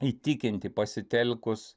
įtikinti pasitelkus